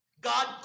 God